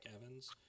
Evans